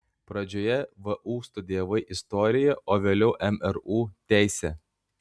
pradžioje vu studijavai istoriją o vėliau mru teisę